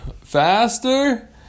faster